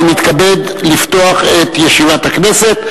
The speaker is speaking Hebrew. אני מתכבד לפתוח את ישיבת הכנסת.